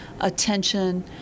attention